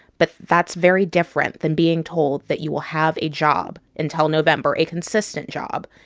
but that's very different than being told that you will have a job until november, a consistent job.